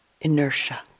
inertia